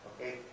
okay